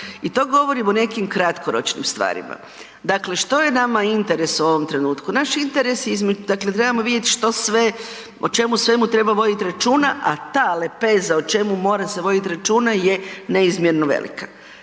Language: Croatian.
I to govorim o nekim kratkoročnim stvarima. Dakle, što je nama interes u ovom trenutku? Naš interes je, dakle trebamo vidjet što sve, o čemu svemu treba vodit računa, a ta lepeza o čemu mora se vodit računa je neizmjerno velika.